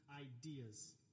ideas